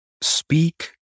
speak